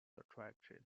attraction